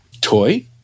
toy